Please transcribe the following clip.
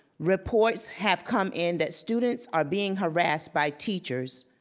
reports have come in that students are being harassed by teachers.